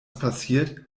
passiert